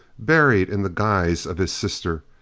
buried in the guise of his sister.